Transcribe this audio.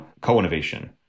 co-innovation